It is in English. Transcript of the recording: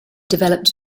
developed